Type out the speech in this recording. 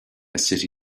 city